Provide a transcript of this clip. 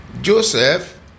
Joseph